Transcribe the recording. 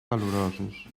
calorosos